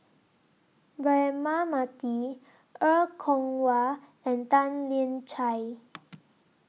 Braema Mathi Er Kwong Wah and Tan Lian Chye